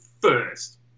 first